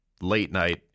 late-night